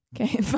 Okay